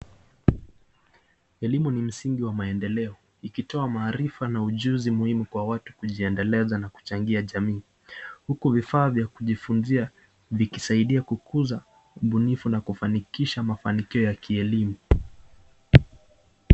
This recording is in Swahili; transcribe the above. Elimu ni msingi wa maendeleo, ikitoa maarifa na ujuzi muhimu kwa watu kujiendeleza na kuchagia jamii. Huku vifaa vya kujifunzia vikisaidia kukuza ubunifu na kufanikisha mafanikio ya kielimu.